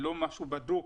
לא משהו בדוק,